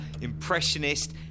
impressionist